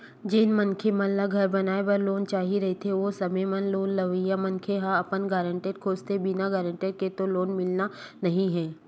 जेन मनखे मन ल घर बनाए बर लोन चाही रहिथे ओ समे म लोन लेवइया मनखे ह अपन गारेंटर खोजथें बिना गारेंटर के तो लोन मिलना नइ हे